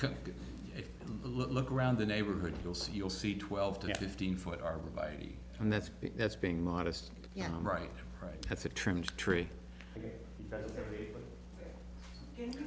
can look around the neighborhood you'll see you'll see twelve to fifteen foot are by me and that's that's being modest yeah right right that's a trimmed tree